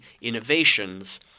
innovations